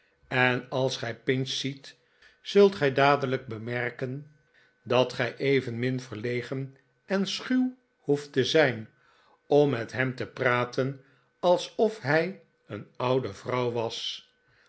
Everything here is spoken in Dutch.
en als gij pinch ziet zult gij dadelijk bemerken dat gij evenmin verlegen en schuw hoeft te zijn om met hem te praten alsof hij een oude vrouw was